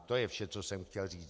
To je vše, co jsem chtěl říct.